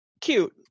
cute